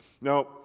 Now